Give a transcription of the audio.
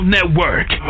Network